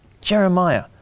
Jeremiah